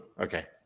okay